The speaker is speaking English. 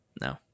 No